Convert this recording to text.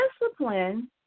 discipline